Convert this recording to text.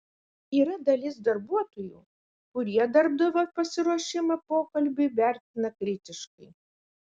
yra dalis darbuotojų kurie darbdavio pasiruošimą pokalbiui vertina kritiškai